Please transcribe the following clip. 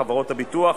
חברות הביטוח,